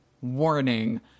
warning